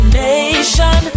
nation